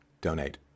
donate